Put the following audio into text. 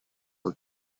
are